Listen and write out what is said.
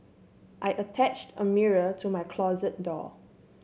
I attached a mirror to my closet door